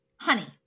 Honey